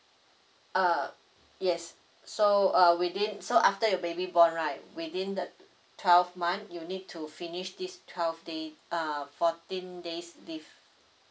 uh yes so uh within so after your baby born right within the twelve month you need to finish this twelve day err fourteen days leave